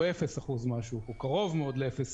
אפס אחוז מהשוק או הוא קרוב מאוד לאפס